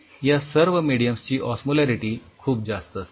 या सर्व मेडियम्स ची ओस्मोलॅरिटी खूप जास्त असते